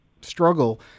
struggle